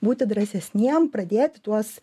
būti drąsesniem pradėt tuos